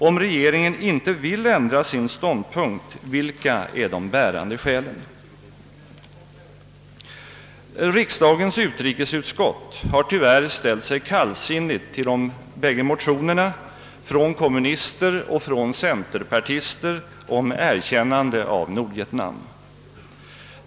Om regeringen icke vill ändra sin ståndpunkt, vilka är de bärande skälen? Utrikesutskottet har tyvärr ställt sig kallsinnigt till de bägge motionerna, från kommunister och från centerpartister, om erkännande av Nordvietnam.